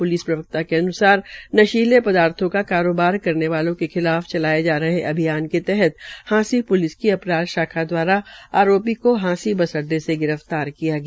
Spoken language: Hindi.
प्लिस प्रवक्ता के अन्सार नशीले पदार्थो का कारोबार करने वालों के खिलाफ चलाये जा रहे अभियान के तहत हांसी पुलिस की अपराध शाखा दवारा आरोपी को हांसी बस अड्डे से गिर फ्तार किया गया